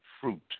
fruit